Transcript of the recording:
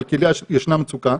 בקלקיליה ישנה מצוקה.